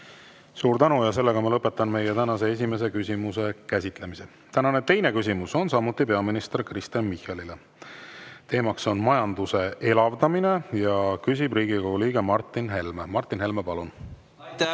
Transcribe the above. Suur tänu! Lõpetan meie tänase esimese küsimuse käsitlemise. Tänane teine küsimus on samuti peaminister Kristen Michalile. Teema on majanduse elavdamine ja küsib Riigikogu liige Martin Helme. Martin Helme, palun!